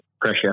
pressure